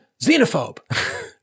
xenophobe